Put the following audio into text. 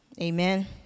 amen